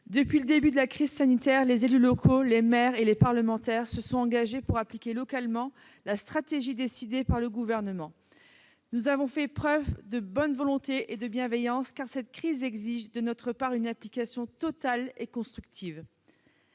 depuis le début de la crise sanitaire, les élus locaux, les maires et les parlementaires se sont engagés pour appliquer localement la stratégie décidée par le Gouvernement. Nous avons fait preuve de bonne volonté et de bienveillance, car cette crise exige de notre part une implication totale et constructive.